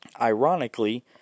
ironically